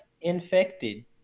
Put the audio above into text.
infected